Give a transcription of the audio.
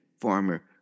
farmer